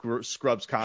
scrubs